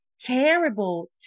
terrible